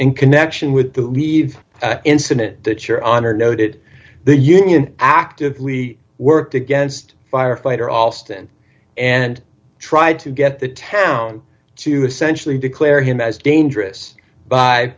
in connection with the leave incident that your honor noted the union actively worked against firefighter alston and tried to get the town to essentially declare him as dangerous by